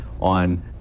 on